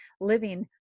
living